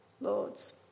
lords